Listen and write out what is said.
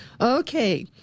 Okay